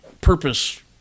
purpose